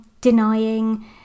denying